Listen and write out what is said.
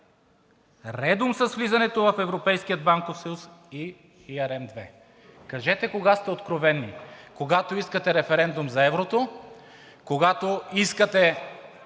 редом с влизането в Европейския банков съюз и ЕRМ2. Кажете кога сте откровени – когато искате референдум за еврото, когато искате